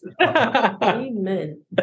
Amen